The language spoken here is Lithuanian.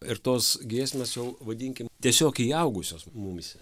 ir tos giesmės jau vadinkim tiesiog įaugusios mums